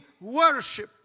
worship